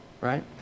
right